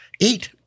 eight